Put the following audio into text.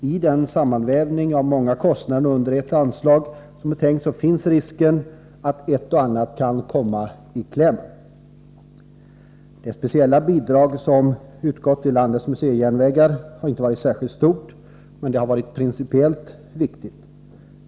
I den sammanvävning av många kostnader under det anslag som är tänkt finns risken att ett och annat kan komma i kläm. Det speciella bidrag som utgått till landets museijärnvägar har inte varit särskilt stort, men det har varit principiellt viktigt.